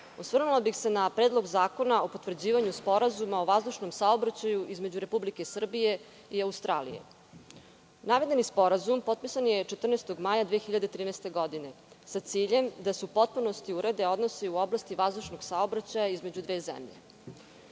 osvrnula bih se na Predlog zakona o potvrđivanju Sporazuma o vazdušnom saobraćaju između Republike Srbije i Australije. Navedeni Sporazum je potpisan 14. maja 2013. godine sa ciljem da se u potpunosti urede odnosi u oblasti vazdušnog saobraćaja između dve zemlje. Reč